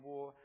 War